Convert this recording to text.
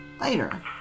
Later